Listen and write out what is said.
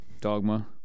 Dogma